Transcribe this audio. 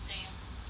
yes